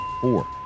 four